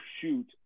shoot